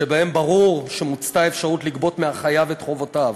שבהם ברור שמוצתה האפשרות לגבות מהחייב את חובותיו.